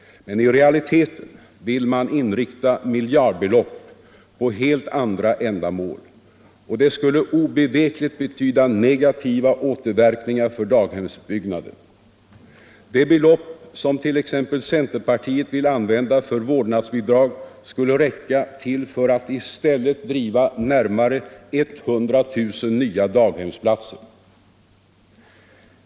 Men i realiteten vill man inrikta miljardbelopp på helt andra ändamål, och det skulle obevekligt betyda negativa återverkningar för daghemsutbyggnaden. Det belopp som t.ex. centerpartiet vill använda för vårdnadsbidrag skulle räcka till att i stället driva närmare 100 000 nya daghemsplatser.